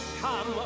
Come